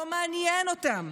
לא מעניין אותם.